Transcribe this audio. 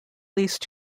least